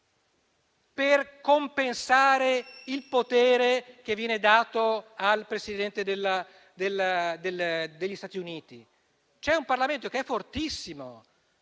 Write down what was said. per compensare il potere che viene dato al Presidente degli Stati Uniti. C'è un Parlamento che è fortissimo,